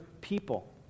people